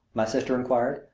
my sister inquired.